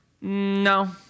No